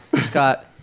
Scott